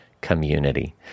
community